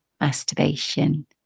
masturbation